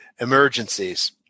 emergencies